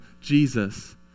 Jesus